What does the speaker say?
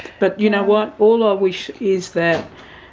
but you know what, all ah i wish is that,